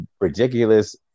ridiculous